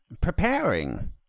preparing